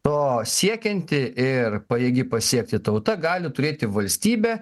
to siekianti ir pajėgi pasiekti tauta gali turėti valstybę